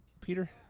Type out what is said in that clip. Peter